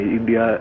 India